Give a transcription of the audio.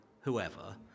whoever